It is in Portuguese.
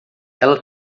ela